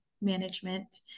management